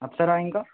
అప్సరా ఇంకా